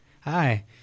Hi